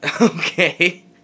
okay